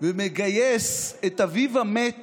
ומגייס את אביו המת